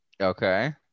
okay